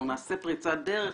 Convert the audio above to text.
אנחנו נעשה פריצת דרך,